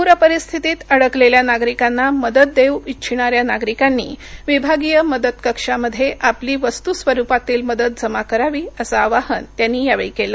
प्रर परिस्थितीत अडकलेल्या नागरिकांना मदत देऊ इच्छिणाऱ्या नागरिकांनी विभागीय मदत कक्षामध्ये आपली वस्तू स्वरुपातील मदत जमा करावी असे आवाहन त्यांनी यावेळी केलं